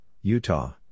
Utah